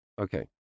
okay